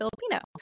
Filipino